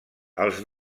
els